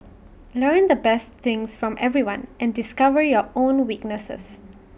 learn the best things from everyone and discover your own weaknesses